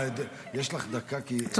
יש לך דקה, על החטופים.